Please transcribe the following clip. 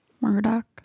Murdoch